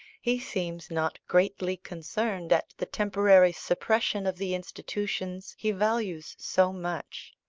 he seems not greatly concerned at the temporary suppression of the institutions he values so much.